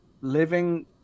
living